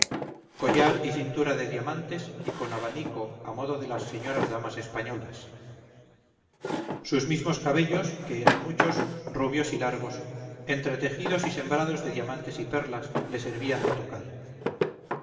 collar y cintura de diamantes y con abanico a modo de las señoras damas españolas sus mismos cabellos que eran muchos rubios y largos entretejidos y sembrados de diamantes y perlas le servían de tocado